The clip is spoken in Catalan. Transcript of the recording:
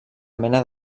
mena